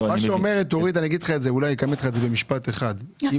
אני אגיד לך במשפט אחד את